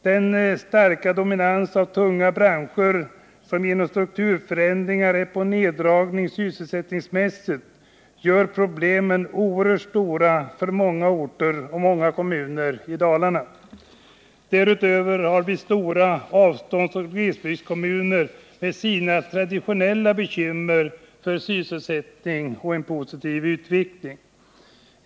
Den starka dominans av tunga branscher som genom strukturförändringar är på neddragning sysselsättningsmässigt gör problemen oerhört stora för många orter och många kommuner i Dalarna. Därutöver har vi stora avståndsoch glesbygdskommuner med sina traditionella bekymmer för sysselsättning och en positiv utveckling.